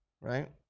right